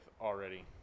already